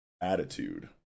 attitude